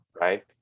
Right